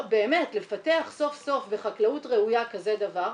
לפתח סוף סוף בחקלאות ראויה כזה דבר.